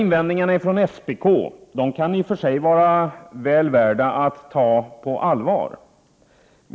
Invändningarna från SPK kan i och för sig vara väl värda att ta på allvar.